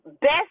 best